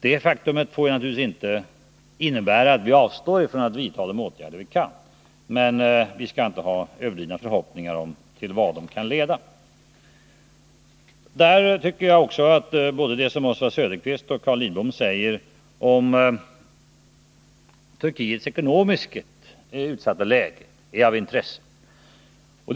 Detta faktum får visserligen inte innebära att vi avstår från att vidta de åtgärder vi kan, men vi får inte ha överdrivna förhoppningar om vad de kan leda till. Det som både Oswald Söderqvist och Carl Lidbom säger om Turkiets utsatta ekonomiska läge är av intresse.